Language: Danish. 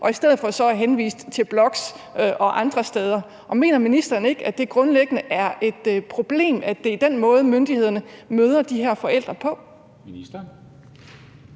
så i stedet for henvises til blogs og andre steder. Mener ministeren ikke, at det grundlæggende er et problem, at det er den måde, myndighederne møder på de her forældre på?